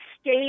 state